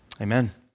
Amen